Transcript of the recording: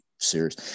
serious